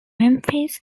memphis